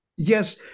Yes